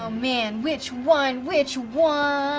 um man, which one, which one?